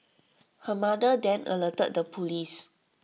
her mother then alerted the Police